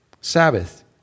Sabbath